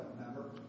member